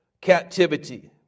captivity